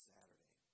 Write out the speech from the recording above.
Saturday